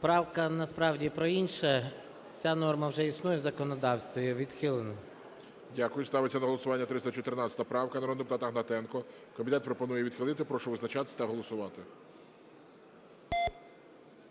Правка насправді про інше. Ця норма вже існує в законодавстві. Відхилено. ГОЛОВУЮЧИЙ. Дякую. Ставиться на голосування 314 правка народного депутата Гнатенка. Комітет пропонує її відхилити. Прошу визначатись та голосувати.